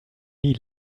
nie